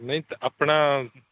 ਨਹੀਂ ਤ ਆਪਣਾ